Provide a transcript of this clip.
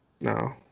no